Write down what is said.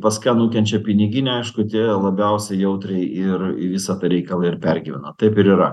pas ką nukenčia piniginė aišku tie labiausiai jautriai ir į visą tą reikalą ir pergyvena taip ir yra